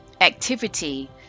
activity